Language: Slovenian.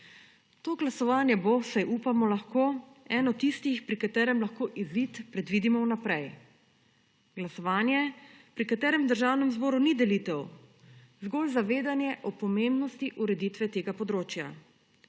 To glasovanje bo, vsaj upamo lahko, eno tistih, pri katerem lahko izid predvidimo vnaprej, glasovanje, pri katerem v Državnem zboru ni delitev, zgolj zavedanje o pomembnosti ureditve tega področja.